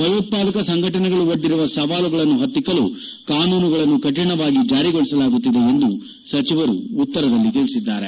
ಭಯೋತ್ಪಾದಕ ಸಂಘಟನೆಗಳು ಒಡ್ಡಿರುವ ಸವಾಲುಗಳನ್ನು ಪತ್ತಿಕಲು ಕಾನೂನುಗಳನ್ನು ಕುಣವಾಗಿ ಜಾರಿಗೊಳಿಸಲಾಗುತ್ತಿದೆ ಎಂದು ಸಚಿವರು ಉತ್ತರದಲ್ಲಿ ತಿಳಿಸಿದ್ದಾರೆ